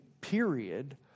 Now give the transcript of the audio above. period